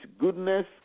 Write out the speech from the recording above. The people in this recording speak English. goodness